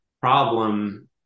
problem